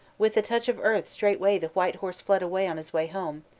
with the touch of earth straightway the white horse fled away on his way home,